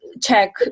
check